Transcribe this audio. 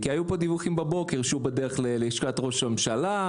כי היו דיווחים בבוקר שהוא בדרך ללשכת ראש הממשלה,